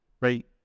right